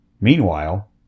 Meanwhile